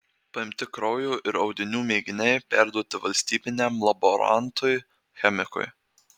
paimti kraujo ir audinių mėginiai perduoti valstybiniam laborantui chemikui